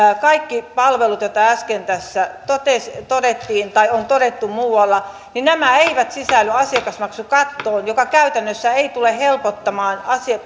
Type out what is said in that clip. kaikki palvelut joita äsken tässä todettiin tai on todettu muualla eivät sisälly asiakasmaksukattoon mikä käytännössä ei tule helpottamaan